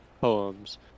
poems